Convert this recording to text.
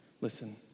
Listen